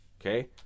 okay